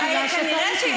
אז טעית, תתנצלי.